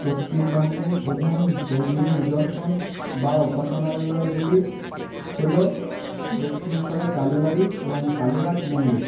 পশ্চিমবঙ্গের প্রধান ধর্মীয় নিদর্শন বা উপাসনালয়গুলি হল দক্ষিণেশ্বরের কালীবাড়ি এবং কালীঘাট মন্দির